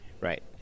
right